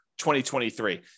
2023